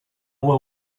will